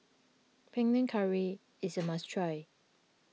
Panang Curry is a must try